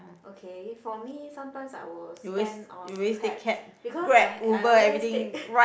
okay for me sometimes I will spend on cab because I I always take